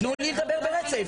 תני לי לדבר ברצף,